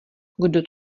kdo